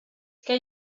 què